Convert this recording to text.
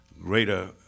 greater